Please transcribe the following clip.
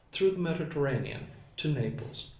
through the mediterranean to naples.